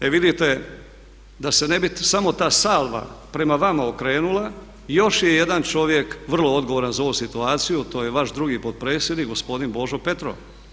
E vidite da se ne bi samo ta salva prema vama okrenula i još je jedan čovjek vrlo odgovoran za ovu situaciju a to je vaš drugi potpredsjednik gospodin Božo Petrov.